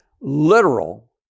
Literal